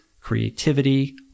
creativity